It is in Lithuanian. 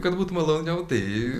kad būt maloniau tai